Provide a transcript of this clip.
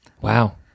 Wow